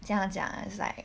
怎样讲 it's like